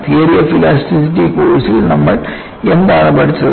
theory of elasticity കോഴ്സിൽ നമ്മൾ എന്താണ് പഠിച്ചത്